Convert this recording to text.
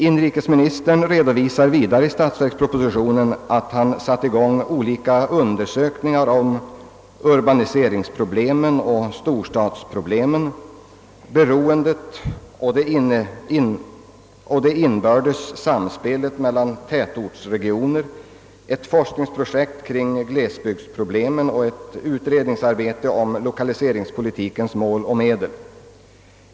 Inrikesministern redovisar vidare i statsverkspropositionen att han satt i gång olika undersökningar om urbaniseringsproblemen och = storstadsproblemen, beroendet och det inbördes samspelet mellan tätortsregioner, ett forskningsprojekt kring glesbygdsproblemen och ett utredningsarbete om lokaliseringspolitikens mål och medel.